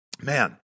Man